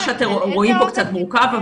מה שאתם רואים פה קצת מורכב,